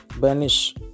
Banish